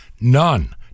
none